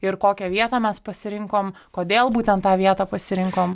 ir kokią vietą mes pasirinkom kodėl būtent tą vietą pasirinkom